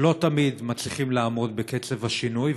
לא תמיד מצליחים לעמוד בקצב השינוי,